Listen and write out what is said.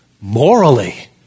Morally